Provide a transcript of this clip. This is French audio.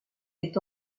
est